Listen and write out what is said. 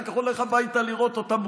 כך הוא הולך הביתה לראות אותה מוקלטת.